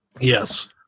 Yes